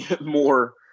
more